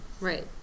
right